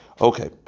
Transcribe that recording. Okay